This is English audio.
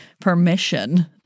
permission